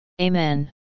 Amen